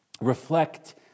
reflect